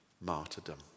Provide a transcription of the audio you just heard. martyrdom